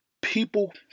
People